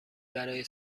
برای